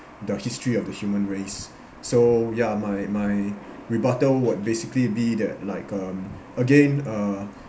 the history of the human race so ya my my rebuttal would basically be that like um again uh